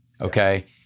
Okay